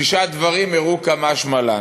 שישה דברים אירעו קא משמע לן: